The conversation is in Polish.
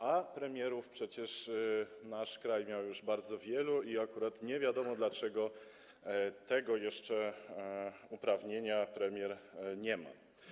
A premierów przecież nasz kraj miał już bardzo wielu i akurat nie wiadomo, dlaczego jeszcze tego uprawnienia premier nie ma.